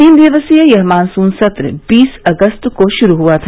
तीन दिवसीय यह मानसून सत्र बीस अगस्त को शुरू हुआ था